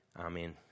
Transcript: amen